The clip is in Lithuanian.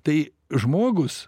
tai žmogus